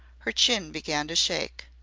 her chin began to shake.